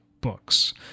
books